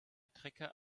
trecker